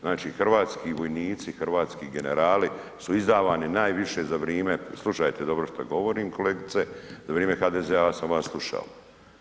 Znači hrvatski vojnici, hrvatski generali su izdavani najviše za vrijeme, slušajte dobro šta govorim kolegice, za vrijeme HDZ-a, ja sam vas slušao.